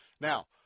Now